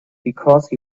because